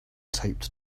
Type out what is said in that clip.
taped